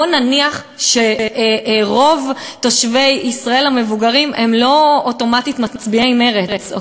בואו נניח שרוב תושבי ישראל המבוגרים הם לא אוטומטית מצביעי מרצ,